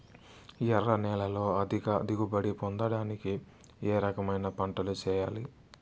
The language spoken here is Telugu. ఎర్ర నేలలో అధిక దిగుబడి పొందడానికి ఏ రకమైన పంటలు చేయాలి?